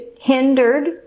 hindered